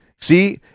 See